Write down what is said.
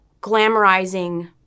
glamorizing